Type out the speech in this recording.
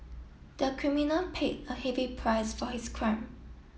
the criminal paid a heavy price for his crime